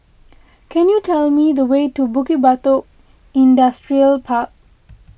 can you tell me the way to Bukit Batok Industrial Park